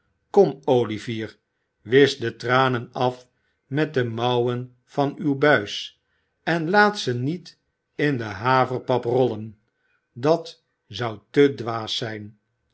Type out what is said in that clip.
kom olivier wisch de tranen af met de mouwen van uw buis en laat ze niet in de haverpap rollen dat zou te dwaas zijn